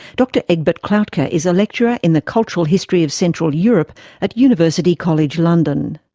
dr egbert klautke is a lecturer in the cultural history of central europe at university college london.